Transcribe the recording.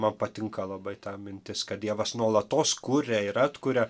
man patinka labai ta mintis kad dievas nuolatos kuria ir atkuria